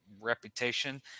reputation